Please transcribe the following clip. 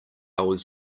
was